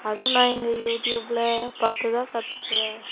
அதுவும் நான் இங்கே யூடியூபில் பார்த்துதான் கற்றுக்குவேன்